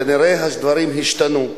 כנראה הדברים השתנו,